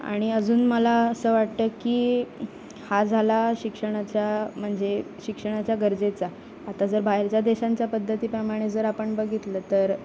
आणि अजून मला असं वाटतं की हा झाला शिक्षणाच्या म्हणजे शिक्षणाच्या गरजेचा आता जर बाहेरच्या देशांच्या पद्धतीप्रमाणे जर आपण बघितलं तर